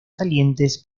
salientes